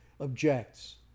Objects